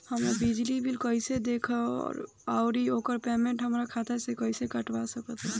हमार बिजली बिल कईसे देखेमऔर आउर ओकर पेमेंट हमरा खाता से कईसे कटवा सकत बानी?